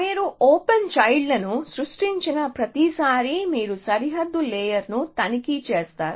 మీరు open child లను సృష్టించిన ప్రతిసారీ మీరు సరిహద్దు లేయర్ ను తనిఖీ చేస్తారు